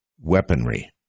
weaponry